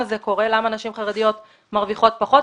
זה קורה ולמה נשים חרדיות משתכרות פחות.